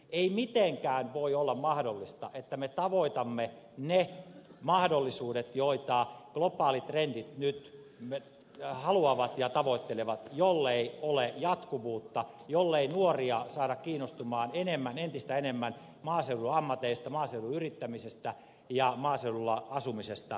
ei mitenkään voi olla mahdollista että me tavoitamme ne mahdollisuudet joita globaalitrendit nyt haluavat ja tavoittelevat jollei ole jatkuvuutta jollei nuoria saada kiinnostumaan entistä enemmän maaseudun ammateista maaseudun yrittämisestä ja maaseudulla asumisesta